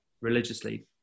religiously